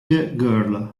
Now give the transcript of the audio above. girl